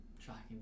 tracking